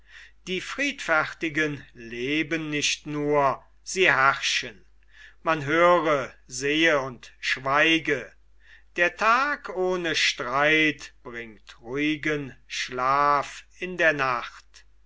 die friedfertigen leben nicht nur sie herrschen man höre sehe und schweige der tag ohne streit bringt ruhigen schlaf in der nacht